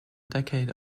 decade